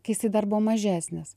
kai jisai dar buvo mažesnis